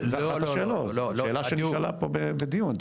זו שאלה שנשאלה פה בדיון.